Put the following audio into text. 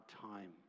time